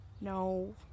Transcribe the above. No